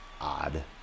odd